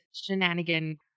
shenanigan